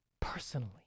personally